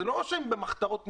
זה לא שהם במחתרות.